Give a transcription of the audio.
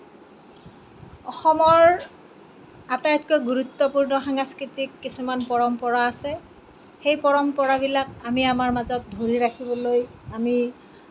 অসমৰ আটাইতকৈ গুৰুত্বপূৰ্ণ সাংস্কৃতিক কিছুমান পৰম্পৰা আছে সেই পৰম্পৰাবিলাক আমি আমাৰ মাজত ধৰি ৰাখিবলৈ আমি